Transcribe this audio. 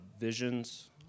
visions